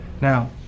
Now